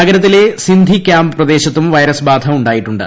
നഗരത്തിലെ സിന്ധി ക്യാമ്പ് പ്രദേശത്തും വൈറസ്ബാധ ഉണ്ടായിട്ടുണ്ട്